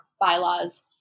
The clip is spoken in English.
bylaws